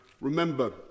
remember